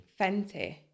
Fenty